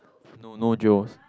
no no Joe's